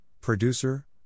producer